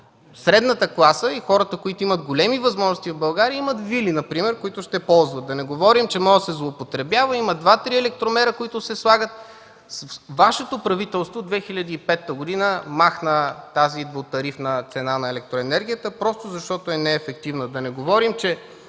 средната класа и хората, които имат големи възможности в България, имат например вили, които ще ползват. Да не говорим, че може да се злоупотребява – има два, три електромера, които се слагат. Вашето правителство 2005 г. махна тази двутарифна цена на електроенергията, просто защото е неефективна. Да не говорим, че